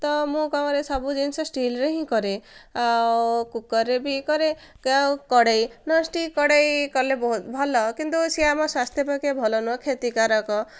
ତ ମୁଁ କ'ଣ କରେ ସବୁ ଜିନିଷ ଷ୍ଟିଲରେ ହିଁ କରେ ଆଉ କୁକରରେ ବି କରେ ଆଉ କଡ଼େଇ ନନ୍ ଷ୍ଟିକ କଡ଼େଇ କଲେ ବହୁତ ଭଲ କିନ୍ତୁ ସିଏ ଆମ ସ୍ୱାସ୍ଥ୍ୟ ପକ୍ଷେ ଭଲ ନୁହଁ କ୍ଷତିକାରକ